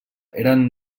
eren